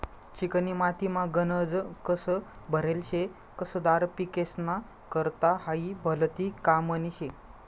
चिकनी मातीमा गनज कस भरेल शे, कसदार पिकेस्ना करता हायी भलती कामनी शे